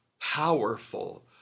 powerful